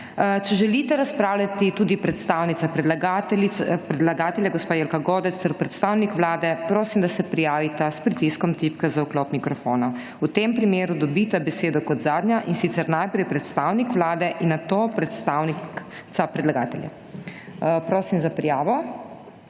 Če želite razpravljati tudi predstavnica predlagatelja gospa Jelka Godec ter predstavnik vlade, prosim, da se prijavita s pritiskom tipke za vklop mikrofona. **57. TRAK (VI) 13.55** (nadaljevanje) V tem primeru dobita besedo kot zadnja, in sicer najprej predstavnik Vlade in nato predstavnica predlagatelja. Prosim za prijavo.